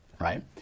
Right